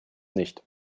nicht